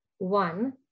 One